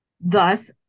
Thus